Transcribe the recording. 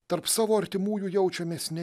tarp savo artimųjų jaučiamės ne